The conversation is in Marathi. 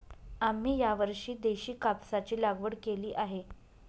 आम्ही यावर्षी देशी कापसाची लागवड केली आहे